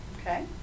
Okay